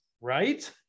right